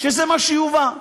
שזה מה שיובא.